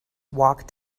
walk